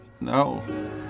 No